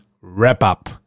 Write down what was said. wrap-up